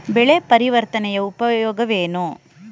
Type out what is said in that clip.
ಬೆಳೆ ಪರಿವರ್ತನೆಯ ಉಪಯೋಗವೇನು?